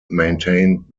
maintained